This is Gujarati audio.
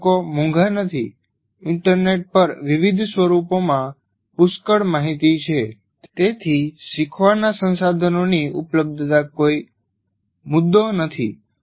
પુસ્તકો મોંઘા નથી ઇન્ટરનેટ પર વિવિધ સ્વરૂપોમાં પુષ્કળ માહિતી છે તેથી શીખવાના સંસાધનોની ઉપલબ્ધતા કોઈ મુદ્દો નથી